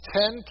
ten